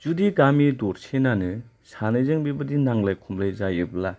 जुदि गामि दरसेनानो सानैजों बेबादि नांलाय खमलाय जायोब्ला